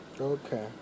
Okay